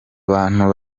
bantu